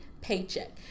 paycheck